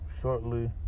shortly